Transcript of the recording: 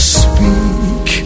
speak